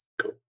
Cool